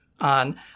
on